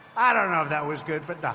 i don't know if that was good, but not